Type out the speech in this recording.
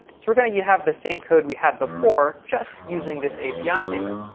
so we're going to have the same code we had before, just using this api data.